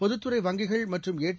பொதுத்துறை வங்கிகள் மற்றும் ஏடி